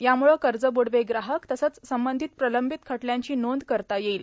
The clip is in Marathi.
यामुळे कजब्डवे ग्राहक तसंच संबंधित प्रलंबत खटल्यांची नांद करता येईल